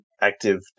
active